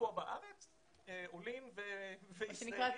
עולים וישראלים.